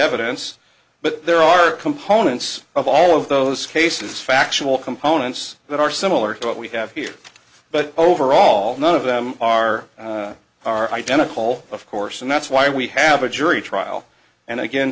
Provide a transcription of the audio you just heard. evidence but there are components of all of those cases factual components that are similar to what we have here but overall none of them are are identical of course and that's why we have a jury trial and again